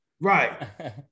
Right